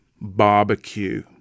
barbecue